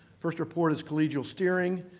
first report is collegial steering.